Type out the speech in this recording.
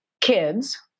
kids